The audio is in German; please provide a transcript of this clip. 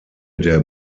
der